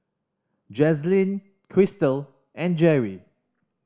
Jazlene Crystal and Gerri